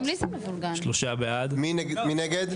מי נגד?